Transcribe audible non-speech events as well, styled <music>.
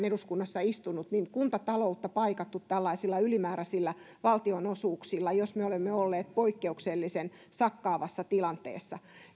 <unintelligible> eduskunnassa istunut kuntataloutta paikattu tällaisilla ylimääräisillä valtionosuuksilla jos me olemme olleet poikkeuksellisen sakkaavassa tilanteessa